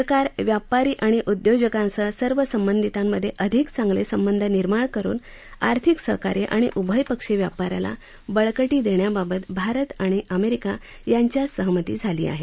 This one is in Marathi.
सरकार व्यापारी आणि उद्योजकांसह सर्व सवंधितांमधे अधिक चांगले संबंध निर्माण करुन आर्थिक सहकार्य आणि उभयपक्षी व्यापाराला बळकटी देण्याबाबत भारत आणि अमेरिका यांच्यात सहमती झाले आहे